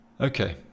Okay